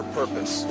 purpose